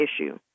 issue